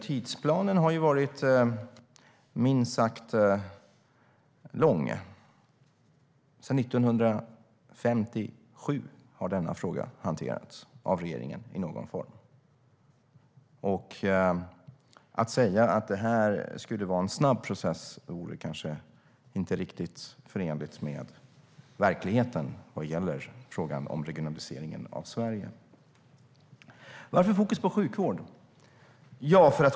Tidsplanen har varit minst sagt lång. Sedan 1957 har denna fråga hanterats av regeringen i någon form. Att säga att detta skulle vara en snabb process är inte riktigt förenligt med verkligheten när det gäller frågan om regionaliseringen av Sverige. Varför är då fokus på sjukvård?